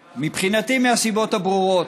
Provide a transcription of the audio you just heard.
מבחינתי, מהסיבות הברורות.